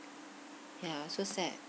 ya so sad